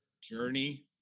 Journey